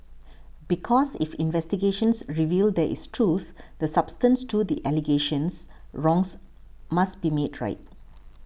because if investigations reveal there is truth the substance to the allegations wrongs must be made right